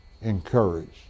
encouraged